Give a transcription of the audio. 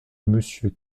monsieur